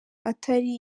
atari